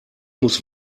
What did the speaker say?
muss